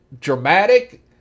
dramatic